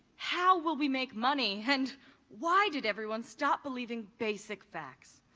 how will we make money? and why did everyone stop believing basic facts?